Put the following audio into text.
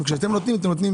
וכשאתם נותנים אתם נותנים